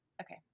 Okay